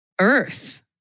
earth